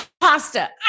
pasta